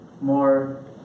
more